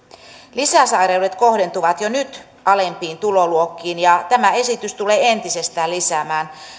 lisäsairaudet kohdentuvat jo nyt alempiin tuloluokkiin ja tämä esitys tulee entisestään lisäämään